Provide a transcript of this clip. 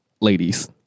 Ladies